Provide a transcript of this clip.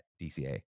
DCA